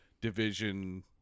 division